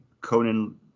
Conan